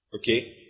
Okay